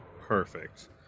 Perfect